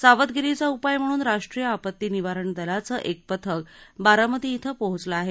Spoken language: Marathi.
सावधगिरीचा उपाय म्हणून राष्ट्रीय आपती निवारण दलाचं एक पथक बारामती इथं पोहोचलं आहे